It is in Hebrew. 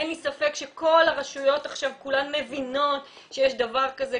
אין לי ספק שכל הרשויות מבינות שיש דבר כזה.